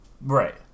Right